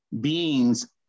beings